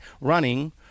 running